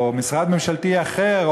או משרד ממשלתי אחר,